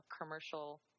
commercial